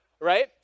right